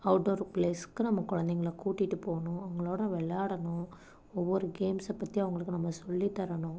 out door ப்ளேஸுக்கு நம்ம குழந்தைங்கள கூட்டிகிட்டு போகணும் அவங்களோட விளாடணும் ஒவ்வொரு கேம்ஸை பற்றி அவங்களுக்கு நம்ம சொல்லித்தரணும்